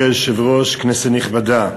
אדוני היושב-ראש, כנסת נכבדה,